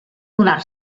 donar